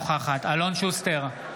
שוסטר,